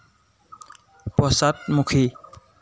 পশ্চাদমুখী